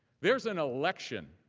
there is an election